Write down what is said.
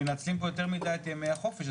מנצלים יותר מדי את ימי החופש,